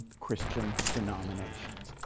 christian denominations.